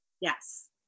Yes